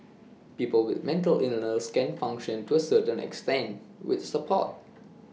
people with mental illness can function to A certain extent with support